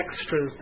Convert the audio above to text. extras